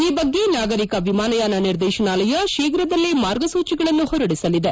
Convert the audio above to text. ಈ ಬಗ್ಗೆ ನಾಗರಿಕ ವಿಮಾನಯಾನ ನಿರ್ದೇಶನಾಲಯ ಶೀಘ್ರದಲ್ಲೇ ಮಾರ್ಗಸೂಚಿಗಳನ್ನು ಹೊರಡಿಸಲಿದೆ